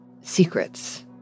secrets